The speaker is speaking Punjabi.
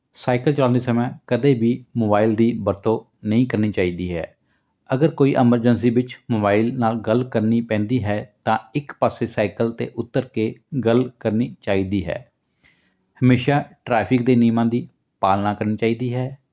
ਸਾਈਕਲ ਚਲਾਉਂਦੇ ਸਮੇਂ ਕਦੇ ਵੀ ਮੋਬਾਈਲ ਦੀ ਵਰਤੋਂ ਨਹੀਂ ਕਰਨੀ ਚਾਹੀਦੀ ਹੈ ਅਗਰ ਕੋਈ ਐਮਰਜੈਂਸੀ ਵਿੱਚ ਮੋਬਾਈਲ ਨਾਲ ਗੱਲ ਕਰਨੀ ਪੈਂਦੀ ਹੈ ਤਾਂ ਇੱਕ ਪਾਸੇ ਸਾਈਕਲ 'ਤੇ ਉਤਰ ਕੇ ਗੱਲ ਕਰਨੀ ਚਾਹੀਦੀ ਹੈ ਹਮੇਸ਼ਾਂ ਟ੍ਰੈਫਿਕ ਦੇ ਨਿਯਮਾਂ ਦੀ ਪਾਲਣਾ ਕਰਨੀ ਚਾਹੀਦੀ ਹੈ